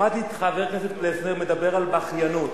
שמעתי את חבר הכנסת פלסנר מדבר על בכיינות.